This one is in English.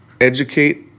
educate